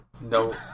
No